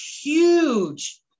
huge